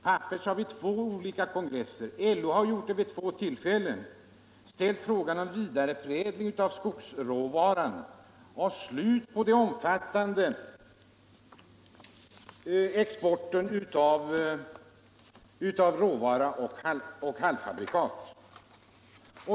Pappers har vid två olika kongresser och LO har vid två tillfällen krävt en vidareförädling av skogsråvaran och ett slut på den omfattande exporten av råvara och halvfabrikat.